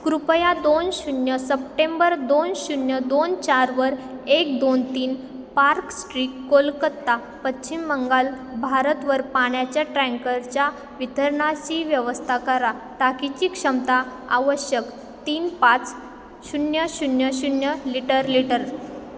कृपया दोन शून्य सप्टेंबर दोन शून्य दोन चारवर एक दोन तीन पार्क स्ट्रीट कोलकत्ता पश्चिम बंगाल भारतवर पाण्याच्या टँकरच्या वितरणाची व्यवस्था करा टाकीची क्षमता आवश्यक तीन पाच शून्य शून्य शून्य लिटर लिटर